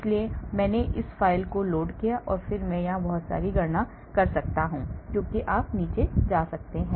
इसलिए मैंने इस फ़ाइल को लोड किया है और फिर मैं यहां बहुत सारी गणना कर सकता हूं क्योंकि आप नीचे जा सकते हैं